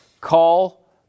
call